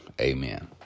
Amen